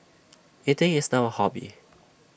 eating is now A hobby